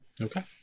Okay